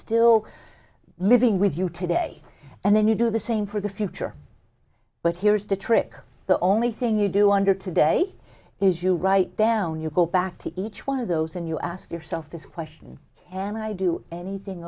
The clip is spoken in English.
still living with you today and then you do the same for the future but here's the trick the only thing you do under today is you write down you go back to each one of those and you ask yourself this question and i do anything